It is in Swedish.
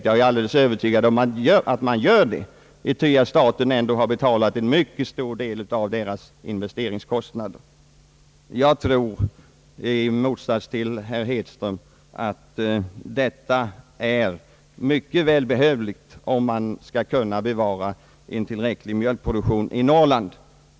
Jag är alldeles övertygad om ait man gör det, trots att staten ändå har betalt en mycket stor del av deras investeringskostnader. Jag tror i motsats till herr Hedström att detta är mycket välbehövligt för norrländskt jordbruk i gemen om man skall kunna bevara en tillräcklig mjölkproduktion där.